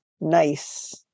nice